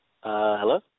Hello